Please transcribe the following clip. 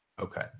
Okay